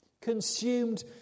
consumed